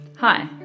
Hi